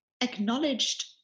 acknowledged